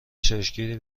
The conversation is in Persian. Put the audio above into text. چشمگیری